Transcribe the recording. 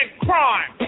crime